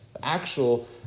actual